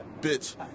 bitch